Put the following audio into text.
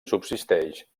subsisteix